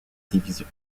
division